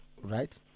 right